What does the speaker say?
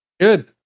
Good